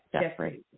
Jeffrey